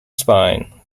spine